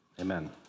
Amen